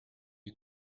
you